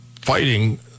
fighting